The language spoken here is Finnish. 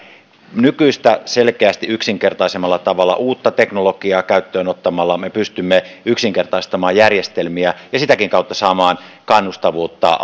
nykyistä selkeästi yksinkertaisemmalla tavalla uutta teknologiaa käyttöönottamalla me pystymme yksinkertaistamaan järjestelmiä ja sitäkin kautta saamaan kannustavuutta